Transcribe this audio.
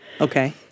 Okay